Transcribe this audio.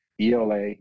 ela